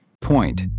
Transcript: Point